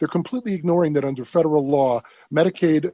they're completely ignoring that under federal law medicaid